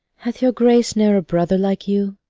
hath your grace ne'er a brother like you?